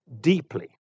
deeply